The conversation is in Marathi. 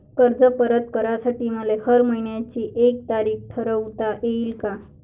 कर्ज परत करासाठी मले हर मइन्याची एक तारीख ठरुता येईन का?